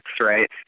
right